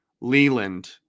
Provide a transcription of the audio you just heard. Leland